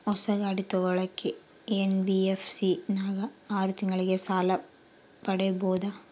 ಹೊಸ ಗಾಡಿ ತೋಗೊಳಕ್ಕೆ ಎನ್.ಬಿ.ಎಫ್.ಸಿ ನಾಗ ಆರು ತಿಂಗಳಿಗೆ ಸಾಲ ಪಡೇಬೋದ?